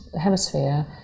hemisphere